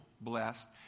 blessed